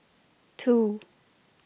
two